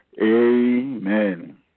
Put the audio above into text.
Amen